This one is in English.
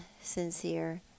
sincere